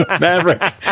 maverick